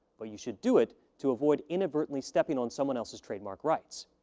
but, you should do it to avoid inadvertently stepping on someone else's trademark rights.